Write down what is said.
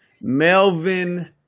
Melvin